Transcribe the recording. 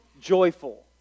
joyful